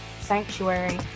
sanctuary